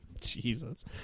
Jesus